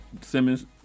Simmons